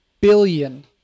billion